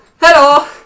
hello